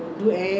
err